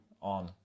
on